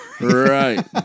Right